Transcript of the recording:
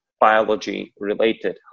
biology-related